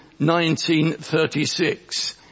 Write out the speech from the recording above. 1936